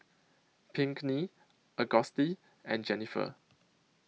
Pinkney Auguste and Jenniffer